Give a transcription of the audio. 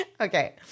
okay